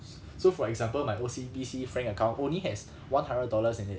s~ so for example my O_C_B_C Frank account only has one hundred dollars in it